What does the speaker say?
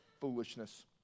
foolishness